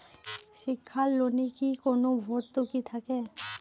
শিক্ষার লোনে কি কোনো ভরতুকি থাকে?